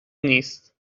نیست